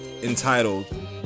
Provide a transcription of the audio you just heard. entitled